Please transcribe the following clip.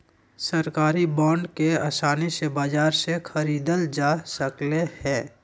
सरकारी बांड के आसानी से बाजार से ख़रीदल जा सकले हें